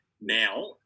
Now